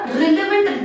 relevant